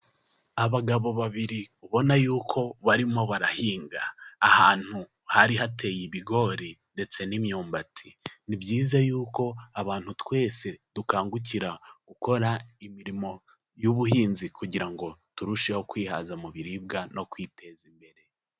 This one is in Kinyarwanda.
Abagabo babiri ubona yuko barimo barahinga ahantu hari hateye ibigori ndetse n'imyumbati. Ni byiza yuko abantu twese dukangukira gukora imirimo y'ubuhinzi kugira ngo turusheho kwihaza mu biribwa no kwiteza imbere.